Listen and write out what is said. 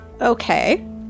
Okay